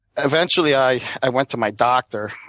eventually i i went to my doctor.